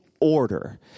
order